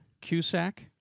Cusack